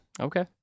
Okay